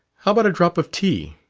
how about a drop of tea?